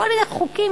כל מיני חוקים,